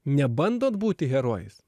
nebandot būti herojais